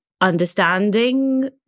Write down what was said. understanding